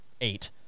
eight